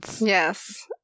Yes